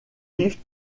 vivent